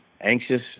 anxious